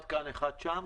אחד משניכם.